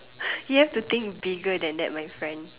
you have to think bigger than that my friend